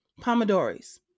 Pomodori's